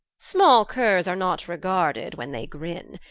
small curres are not regarded when they grynne,